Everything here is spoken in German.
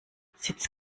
sitz